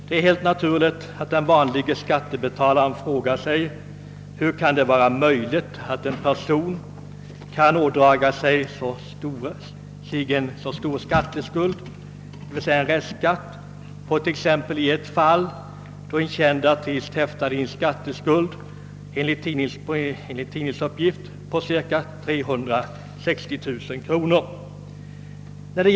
Det är helt naturligt att den vanlige skattebetalaren frågar sig hur det kan vara möjligt att en person ådrar sig så stor skatteskuld som cirka 360 000 kronor, vilket förekom i ett fall som relaterades i pressen beträffande en känd artist.